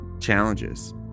challenges